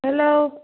hello